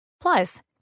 Plus